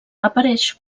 apareix